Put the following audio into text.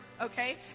okay